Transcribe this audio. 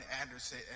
Anderson